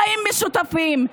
בחיים משותפים.